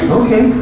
okay